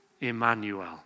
Emmanuel